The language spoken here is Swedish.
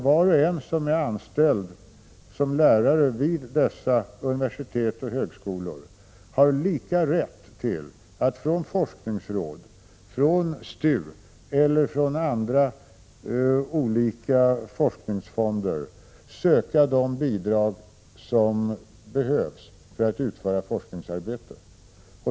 Var och en som är anställd som lärare vid dessa universitet och högskolor skall ha lika rätt till att från forskningsråd, STU eller andra forskningsfonder söka de bidrag som behövs för att bedriva forskningsarbetet.